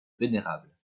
vénérable